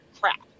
crap